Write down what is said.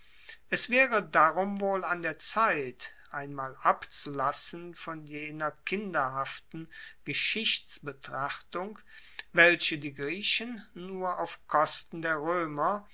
es waere darum wohl an der zeit einmal abzulassen von jener kinderhaften geschichtsbetrachtung welche die griechen nur auf kosten der roemer